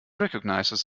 recognizes